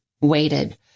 waited